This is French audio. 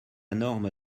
norme